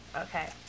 Okay